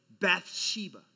Bathsheba